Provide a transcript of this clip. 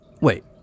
wait